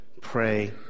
pray